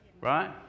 Right